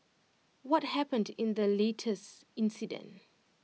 what happened in the latest incident